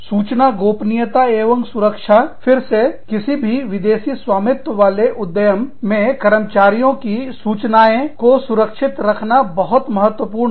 सूचना गोपनीयता एवं सुरक्षा फिर सेकिसी भी विदेशी स्वामित्व वाले उद्यम संगठन में कर्मचारियों की सूचनाएं को सुरक्षित रखना बहुत महत्वपूर्ण है